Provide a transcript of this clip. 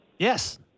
Yes